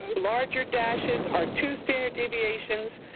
larger dashes are two standard deviations,